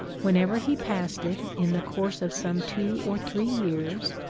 whenever he passed it, in the course of some two or three years,